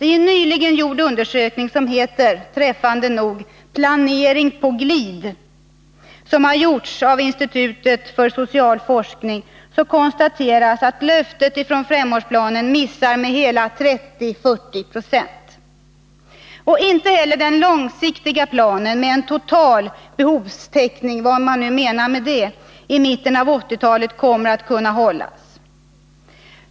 I en nyligen gjord undersökning som gjorts av Institutet för social forskning, och som, träffande nog, heter Planering på glid?, konstateras att löftet från femårsplanen missats med 30-40 26. Inte heller den långsiktiga planen med en total behovstäckning i mitten av 1980-talet, vad man nu menar med detta, kommer att kunna hållas.